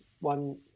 one